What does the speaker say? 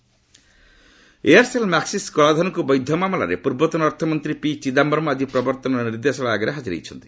Chidambaram Aircel Maxis କଳାଧନକୁ ବୈଧ ମାମଲାରେ ପୂର୍ବତନ ଅର୍ଥମନ୍ତ୍ରୀ ପି ଚିଦାୟରମ୍ ଆଜି ପ୍ରବର୍ତ୍ତନ ନିର୍ଦ୍ଦେଶାଳୟ ଆଗରେ ହାଜର ହୋଇଛନ୍ତି